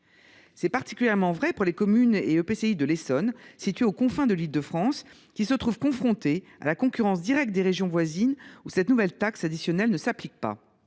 publics de coopération intercommunale (EPCI) de l’Essonne situés aux confins de l’Île de France, qui se trouvent confrontés à la concurrence directe des régions voisines, où cette nouvelle taxe additionnelle ne s’applique pas.